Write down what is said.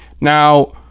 now